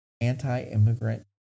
anti-immigrant